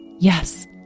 Yes